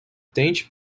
tente